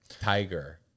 Tiger